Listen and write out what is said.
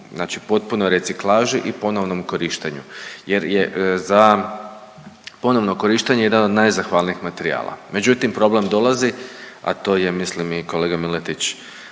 potpunoj reciklaži i ponovnom korištenju jer je za ponovno korištenje jedan od najzahvalnijih materijala. Međutim, problem dolazi a to je mislim i kolega Miletić